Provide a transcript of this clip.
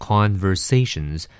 Conversations